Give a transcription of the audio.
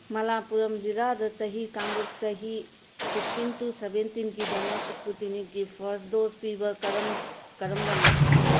ꯃꯂꯥꯄꯨꯔꯝ ꯖꯤꯜꯂꯗ ꯆꯍꯤ ꯀꯥꯡꯂꯨꯞ ꯆꯍꯤ ꯐꯤꯐꯇꯤꯟ ꯇꯨ ꯁꯚꯦꯟꯇꯤꯟ ꯒꯤꯗꯃꯛ ꯏꯁꯄꯨꯠꯇꯤꯅꯤꯛꯒꯤ ꯐꯥꯔꯁꯠ ꯗꯣꯁ ꯄꯤꯕ ꯀꯔꯝ ꯀꯔꯝꯕꯅꯣ